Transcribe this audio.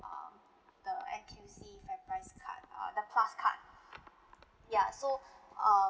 uh the N_T_U_C FairPrice card uh the plus card ya so uh